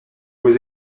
vous